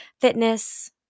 fitness